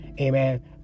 amen